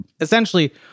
Essentially